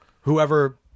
Whoever